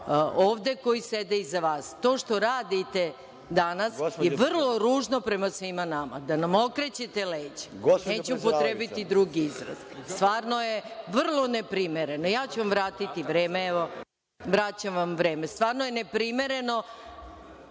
ovde koji sede iza vas. To što radite danas je vrlo ružno prema svima nama, da nam okrećete leđa, neću upotrebiti drugi izraz. Stvarno je vrlo neprimereno. Ne brinite poslaniče, vratiću vam vreme. Stvarno je neprimereno,